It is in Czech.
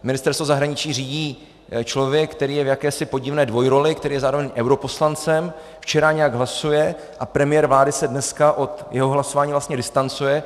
Ministerstvo zahraničí řídí člověk, který je v jakési podivné dvojroli, který je zároveň europoslancem, včera nějak hlasuje a premiér vlády se dneska od jeho hlasování vlastně distancuje.